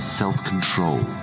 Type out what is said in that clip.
self-control